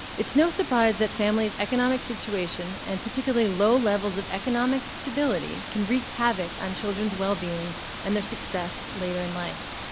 it's no surprise that families' economic situation and particularly low levels of economic stability can wreak havoc on children's wellbeing and their success later in life.